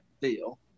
deal